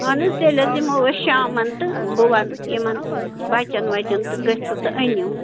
اہن حَظ تیٚلہِ حَظ یِمو أسۍ شامن تہٕ بہٕ ونہِ یِمن بچن وچن تہٕ گژھِو تہٕ أنِو